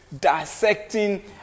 dissecting